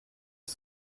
est